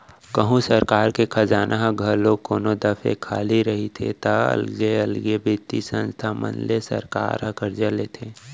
कहूँ सरकार के खजाना ह घलौ कोनो दफे खाली रहिथे ता अलगे अलगे बित्तीय संस्था मन ले सरकार ह करजा लेथे